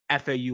FAU